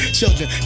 children